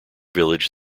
village